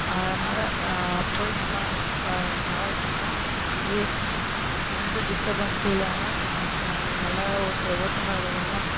அதனால் போய் நல்லா டிராவல் பண்ணோம் நீ எந்த டிஸ்டபன்ஸும் இல்லாமல் அது நல்லா தான் ஓட்டு ஓட்டுநர்களெல்லாம்